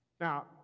Now